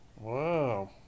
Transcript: Wow